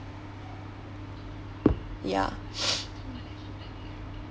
ya